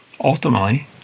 ultimately